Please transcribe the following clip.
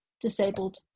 disabled